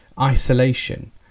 isolation